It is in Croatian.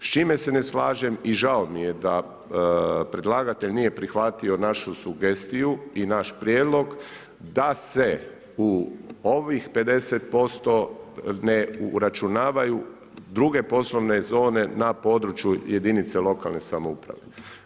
S čime se ne slažem i žao mi je da predlagatelj nije prihvatio našu sugestiju i naš prijedlog, da se u ovih 50% ne obračunavaju druge poslovne zone, na području jedinice lokalne samouprave.